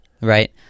Right